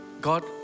God